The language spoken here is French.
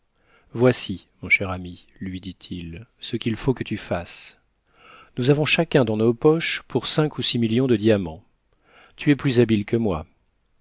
voici mon cher ami lui dit-il ce qu'il faut que tu fasses nous avons chacun dans nos poches pour cinq ou six millions de diamants tu es plus habile que moi